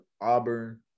Auburn